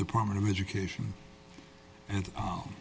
department of education and